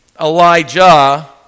Elijah